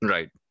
Right